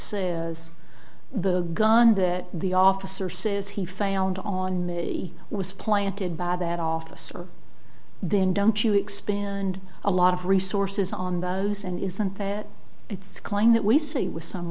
as the gun that the officer says he found on me was planted by that officer then don't you expand a lot of resources on those and isn't that its claim that we see with some